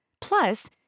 Plus